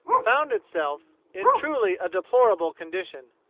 found itself in truly a deplorable condition.